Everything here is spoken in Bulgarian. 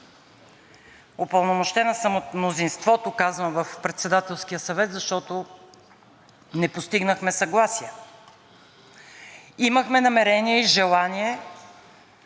Упълномощена съм от мнозинството, казвам в Председателския съвет, защото не постигнахме съгласие. Имахме намерение и желание